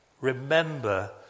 Remember